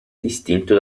distinto